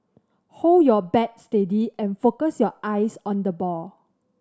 hold your bat steady and focus your eyes on the ball